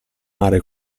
mare